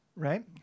Right